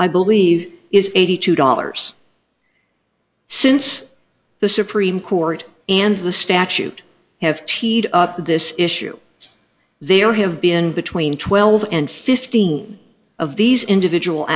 i believe is eighty two dollars since the supreme court and the statute have teed up this issue there have been between twelve and fifteen of these individual